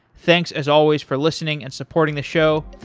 thanks as always for listening and supporting the show,